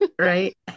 right